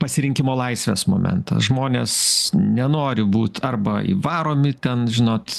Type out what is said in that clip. pasirinkimo laisvės momentas žmonės nenori būt arba įvaromi ten žinot